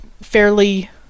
fairly